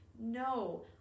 No